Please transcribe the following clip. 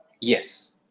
Yes